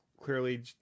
clearly